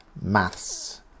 maths